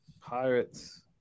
Pirates